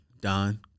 Don